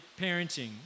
parenting